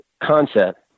concept